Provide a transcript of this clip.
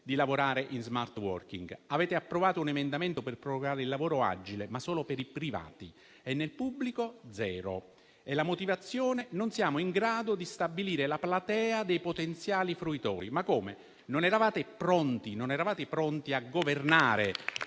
il prossimo 30 giugno. Avete approvato un emendamento per prorogare il lavoro agile, ma solo per i privati e nel pubblico zero. La motivazione è che non siamo in grado di stabilire la platea dei potenziali fruitori. Ma come? Non eravate pronti a governare?